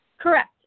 Correct